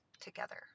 together